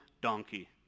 donkey